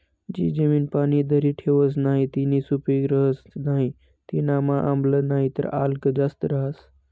जी जमीन पाणी धरी ठेवस नही तीनी सुपीक रहस नाही तीनामा आम्ल नाहीतर आल्क जास्त रहास